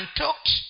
talked